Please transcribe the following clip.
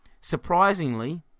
Surprisingly